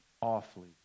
awfully